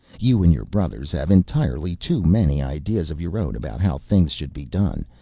you and your brothers have entirely too many ideas of your own about how things should be done,